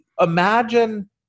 imagine